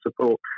support